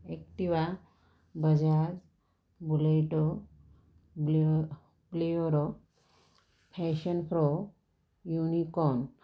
Activa Bajaj Bullet ब्ल Bolero fashion pro unicorn